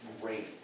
great